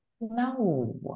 no